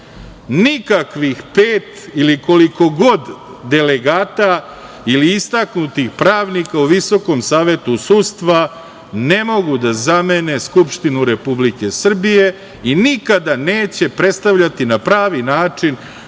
Nikakvih pet ili koliko god delegata ili istaknutih pravnika u VSS ne mogu da zamene Skupštinu Republike Srbije i nikada neće predstavljati na pravi način